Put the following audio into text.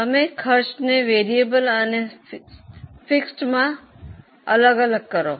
તમે ખર્ચને ચલિત અને સ્થિરમાં અલગવ કરો